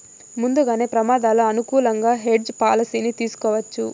ముందుగానే ప్రమాదాలు అనుకూలంగా హెడ్జ్ పాలసీని తీసుకోవచ్చు